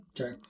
Okay